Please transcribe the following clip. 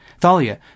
Thalia